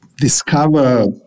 discover